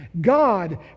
God